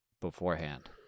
beforehand